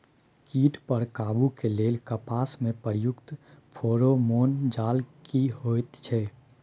कीट पर काबू के लेल कपास में प्रयुक्त फेरोमोन जाल की होयत छै?